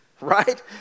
right